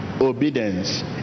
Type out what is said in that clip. obedience